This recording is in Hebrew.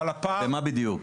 במה בדיוק?